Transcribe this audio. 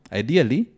ideally